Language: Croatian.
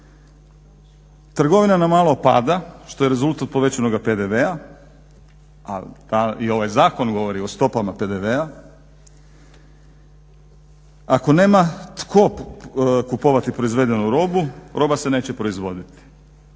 Trgovina na malo pada što je rezultat povećanoga PDV-a i ovaj zakon govori o stopama PDV-a. Ako nema tko kupovati proizvedenu robu roba se neće proizvoditi